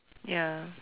ya